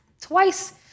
twice